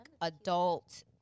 adult